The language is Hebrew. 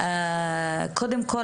קודם כל,